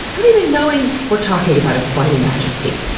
not even knowing we're talking about its slimy majesty.